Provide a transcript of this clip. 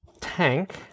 Tank